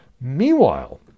Meanwhile